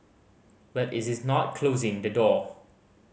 but it is not closing the door